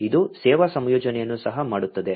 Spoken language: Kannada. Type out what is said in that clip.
ಇದು ಸೇವಾ ಸಂಯೋಜನೆಯನ್ನು ಸಹ ಮಾಡುತ್ತದೆ